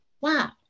wow